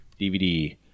DVD